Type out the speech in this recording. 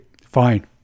fine